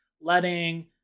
letting